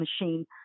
machine